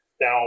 Now